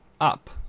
up